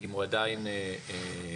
אם הוא עדיין פועל.